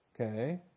Okay